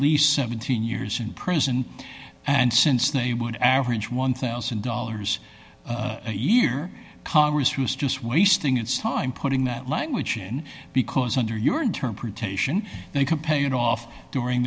least seventeen years in prison and since they would average one thousand dollars a year congress who's just wasting its time putting that language in because under your interpretation you can pay it off during